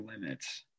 limits